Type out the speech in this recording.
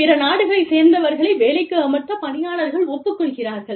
பிற நாடுகளைச் சேர்ந்தவர்களை வேலைக்கு அமர்த்த பணியாளர்கள் ஒப்புக்கொள்கிறார்கள்